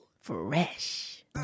fresh